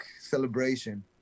celebration